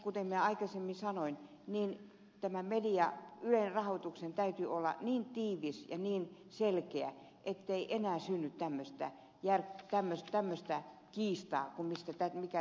kuten aikaisemmin sanoin ylen rahoituksen täytyy olla niin tiivis ja niin selkeä ettei enää synny tämmöistä kiistaa kuin tässä oli